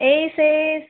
ଏଇ ସେଇ